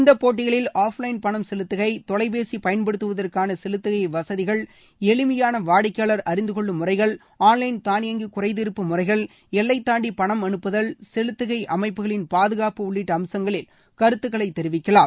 இந்த போட்டிகளில் offline பணம் செலுத்துகை தொலைபேசி பயன்படுத்துவதற்கான செலுத்துகை வசதிகள் எளினமயான வாடிக்கையாளர் அறிந்துகொள்ளும் முறைகள் ஆன் லைன் தானியங்கி குறைதீர்ப்பு முறைகள் எல்லைதாண்டி பணம் அனுப்புதல் செலுத்துகை அமைப்புகளின் பாதுகாப்பு உள்ளிட்ட அம்சங்களில் கருத்துக்களை தெரிவிக்கலாம்